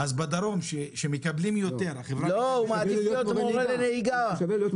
אז בדרום שם יותר זול ואין בעיה,